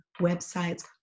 websites